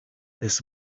this